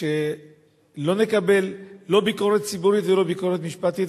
שלא נקבל לא ביקורת ציבורית ולא ביקורת משפטית.